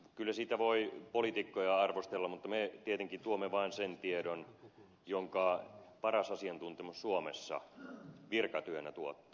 kyllä siitä voi poliitikkoja arvostella mutta me tietenkin tuomme vain sen tiedon jonka paras asiantuntemus suomessa virkatyönä tuottaa